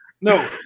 no